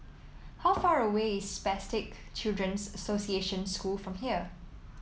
how far away is Spastic Children's Association School from here